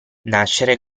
nascere